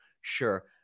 Sure